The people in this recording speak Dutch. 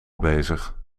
bezig